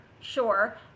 sure